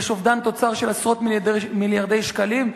יש אובדן תוצר של עשרות מיליארדי שקלים.